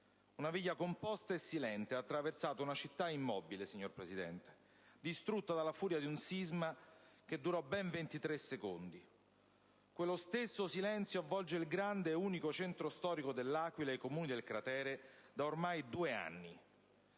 Una veglia composta e silente ha attraversato una città immobile, signor Presidente, distrutta dalla furia di un sisma che durò ben 23 secondi. Quello stesso silenzio avvolge il grande e unico centro storico dell'Aquila e i comuni del cratere da ormai due anni: